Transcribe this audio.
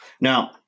Now